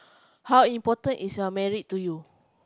how important is your married to you